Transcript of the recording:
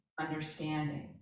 understanding